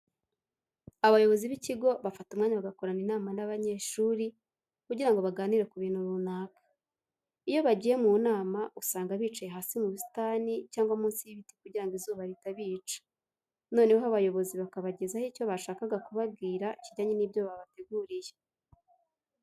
Abayobozi b'ikigo bafata umwanya bagakorana inama n'abanyeshuri kugira ngo baganire ku bintu runaka. Iyo bagiye mu nama usanga bicaye hasi mu busitani cyangwa munsi y'ibiti kugira ngo izuba ritabica, noneho abayobozi bakabagezaho icyo bashakaga kubabwira kijyanye n'ibyo babateguriye.